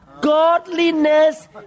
godliness